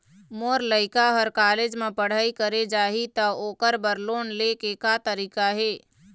मोर लइका हर कॉलेज म पढ़ई करे जाही, त ओकर बर लोन ले के का तरीका हे?